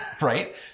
Right